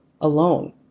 alone